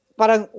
parang